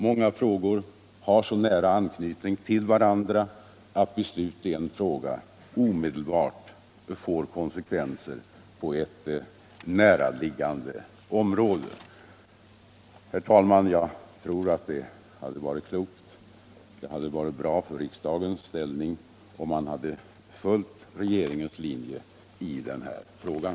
Många frågor har så nära anknytning till varandra att beslut i en fråga omedelbart får konsekvenser på ett näraliggande annat område. Herr talman! Jag tror att det hade varit klokt och bra för riksdagens ställning, om man hade följt regeringens linje i den här frågan.